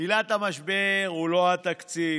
עילת המשבר היא לא התקציב.